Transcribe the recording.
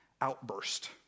outburst